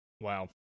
Wow